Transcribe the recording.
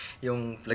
Yung